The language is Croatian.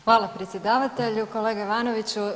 Hvala predsjedavatelju, kolega Ivanoviću.